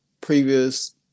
Previous